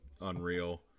unreal